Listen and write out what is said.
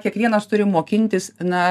kiekvienas turi mokintis na